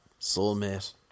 soulmate